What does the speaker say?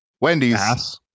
Wendy's